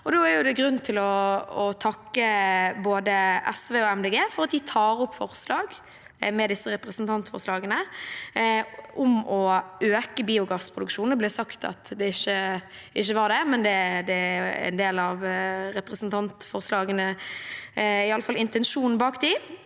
Da er det grunn til å takke både SV og Miljøpartiet De Grønne for at de med disse representantforslagene tar opp forslag om å øke biogassproduksjonen. Det ble sagt at det ikke var det, men det er en del av representantforslagene, iallfall intensjonen bak dem,